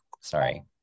sorry